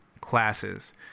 classes